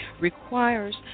requires